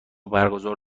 برگزار